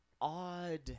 odd